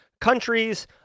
countries